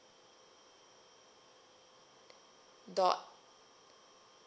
dot